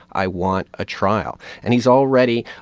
i want a trial. and he's already,